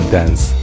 Dance 。